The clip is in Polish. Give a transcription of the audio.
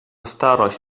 starość